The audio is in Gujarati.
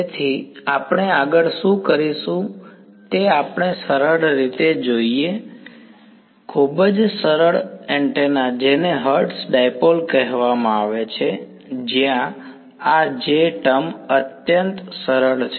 તેથી આપણે આગળ શું કરીશું તે આપણે સરળ રીતે જોઈએ ખૂબ જ સરળ એન્ટેના જેને હર્ટ્ઝ ડાઈપોલ કહેવામાં આવે છે જ્યાં આ J ટર્મ અત્યંત સરળ છે